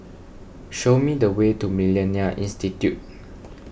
show me the way to Millennia Institute